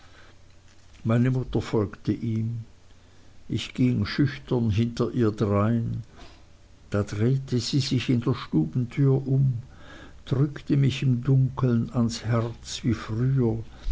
meine mutter folgte ihm ich ging schüchtern hinter ihr drein da drehte sie sich in der stubentür um drückte mich im dunkeln ans herz wie früher